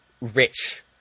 rich